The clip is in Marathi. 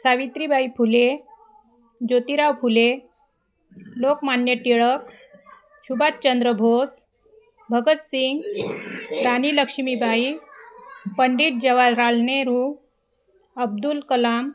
सावित्रीबाई फुले ज्योतिराव फुले लोकमान्य टिळक सुभाषचंद्र बोस भगतसिंग राणी लक्ष्मीबाई पंडित जवाहरलाल नेहरू अब्दुल कलाम